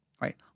right